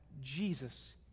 Jesus